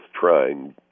trying